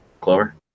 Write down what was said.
Clover